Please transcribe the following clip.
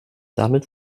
damit